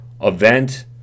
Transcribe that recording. event